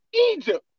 Egypt